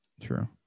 true